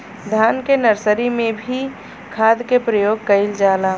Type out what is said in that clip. धान के नर्सरी में भी खाद के प्रयोग कइल जाला?